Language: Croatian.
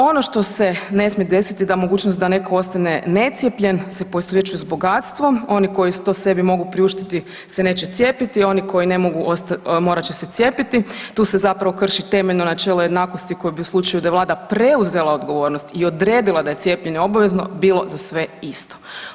Ono što se ne smije desiti, da mogućnost da netko ostane necijepljen se poistovjećuje s bogatstvom, oni koji to sebi mogu priuštiti se neće cijepiti, oni koji ne mogu, morat će se cijepiti, tu se zapravo krši temeljeno načelo jednakosti koje bi u slučaju da je Vlada preuzela odgovornost i odredila da je cijepljenje obavezno, bilo za sve isto.